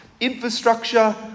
Infrastructure